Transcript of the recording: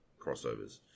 crossovers